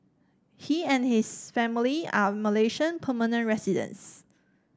he and his family are Malaysian permanent residents